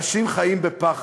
אנשים חיים בפחד.